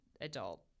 adult